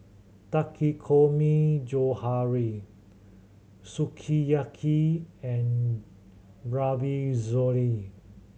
takikomi Sukiyaki and